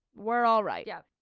we're all right' yeah.